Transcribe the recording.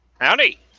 Howdy